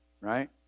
right